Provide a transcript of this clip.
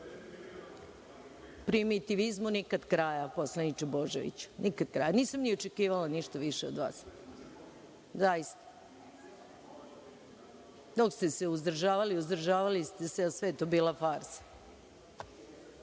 vas.)Primitivizmu nikada kraja, poslaniče Božoviću. Nisam ni očekivali ništa više od vas. Zaista. Dok ste se uzdržavali, uzdržavali ste se, a sve je to bila farsa.(Goran